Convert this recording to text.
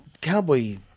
Cowboy